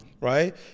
right